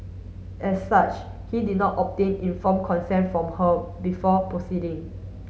as such he did not obtain informed consent from her before proceeding